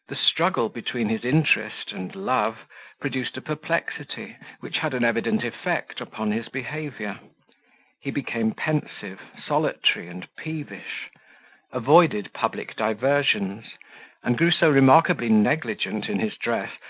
the struggle between his interest and love produced a perplexity which had an evident effect upon his behaviour he became pensive, solitary, and peevish avoided public diversions and grew so remarkably negligent in his dress,